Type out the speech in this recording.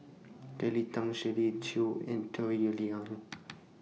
Kelly Tang Shirley Chew and Toh